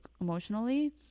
emotionally